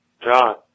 John